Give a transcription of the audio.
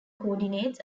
coordinates